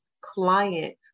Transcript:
client